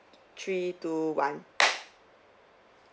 three two one